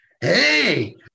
hey